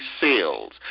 sales